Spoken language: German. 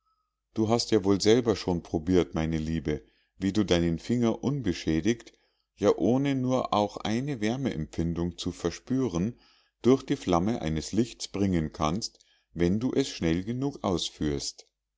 du hast ja wohl selber schon probiert meine liebe wie du deinen finger unbeschädigt ja ohne nur auch eine wärmeempfindung zu verspüren durch die flamme eines lichtes bringen kannst wenn du es schnell genug ausführst